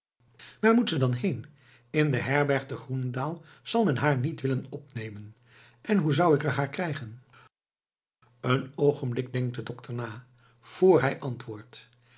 moet ze dan heen in de herberg te groenendaal zal men haar niet willen opnemen en hoe zou ik er haar krijgen een oogenblik denkt de dokter na vr hij antwoordt